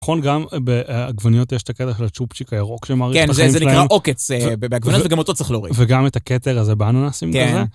נכון, גם בעגבניות יש את הקטע של הצ'ופצ'יק הירוק שמאריך את החיים שלהם. כן, זה נקרא עוקץ, בעגבניות. גם אותו צריך להוריד. וגם את הקטע הזה באננסים כזה.